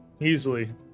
easily